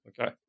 Okay